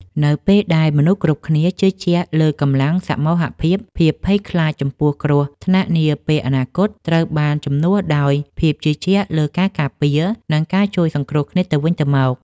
នៅពេលដែលមនុស្សគ្រប់គ្នាជឿជាក់លើកម្លាំងសមូហភាព ភាពភ័យខ្លាចចំពោះគ្រោះថ្នាក់នាពេលអនាគតត្រូវបានជំនួសដោយភាពជឿជាក់លើការការពារ និងការជួយសង្គ្រោះគ្នាទៅវិញទៅមក។